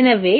எனவே